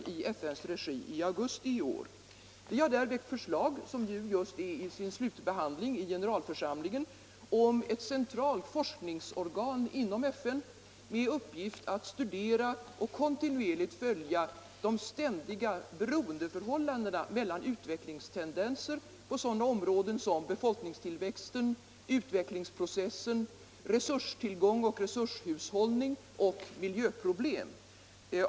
5 december 1974 Vi har där väckt förslag, som just nu slutbehandlas i generalförsamlingen, om ett centralt forskningsorgan inom FN med uppgift att studera och = Den statliga kontinuerligt följa de ständiga beroendeförhållandena mellan utveck = forskningsverksamlingstendenser på sådana områden som befolkningstillväxten, utveckheten lingsprocessen, resurstillgångarna och resurshushållningen samt miljöproblemen.